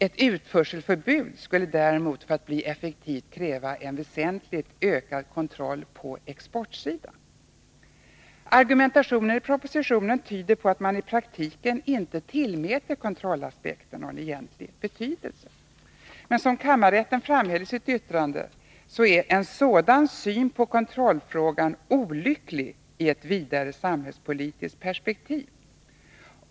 Ett utförselförbud skulle däremot, för att bli effektivt, kräva en väsentligt ökad kontroll på exportsidan. Argumentationen i propositionen tyder på att man i praktiken inte tillmäter kontrollaspekten någon egentlig betydelse. Men som kammarrätten framhöll i sitt yttrande är ”en sådan syn på kontrollfrågan olycklig i ett vidare samhällspolitiskt perspektiv.